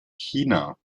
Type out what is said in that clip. china